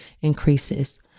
increases